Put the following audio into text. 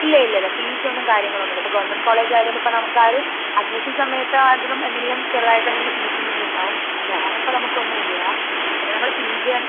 ഇല്ല ഇല്ല ഇല്ല ഫീസ് ഒന്നും കാര്യങ്ങൾ ഒന്നും ഇല്ല ഇപ്പോൾ ഗവൺമെൻറ്റ് കോളേജ് ആയതോണ്ട് ഇപ്പം നമുക്ക് ആരും അഡ്മിഷൻ സമയത്ത് ആരതും എന്തെങ്കിലും ചെറിത് ആയിട്ട് എന്തെങ്കും ഫീസ് എന്തെങ്കിലും ഉണ്ടാവും വേറെ ഇപ്പം നമുക്ക് ഒന്നും ഇല്ല പിന്നെ നമ്മൾ പിജി ആണ്